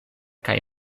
kaj